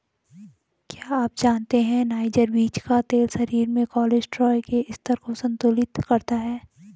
क्या आप जानते है नाइजर बीज का तेल शरीर में कोलेस्ट्रॉल के स्तर को संतुलित करता है?